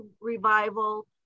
revival